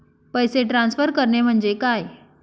पैसे ट्रान्सफर करणे म्हणजे काय?